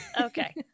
Okay